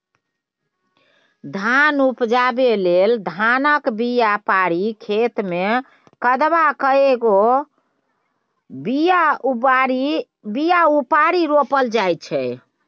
धान उपजाबै लेल धानक बीया पारि खेतमे कदबा कए ओ बीया उपारि रोपल जाइ छै